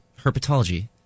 herpetology